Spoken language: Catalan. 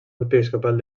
episcopal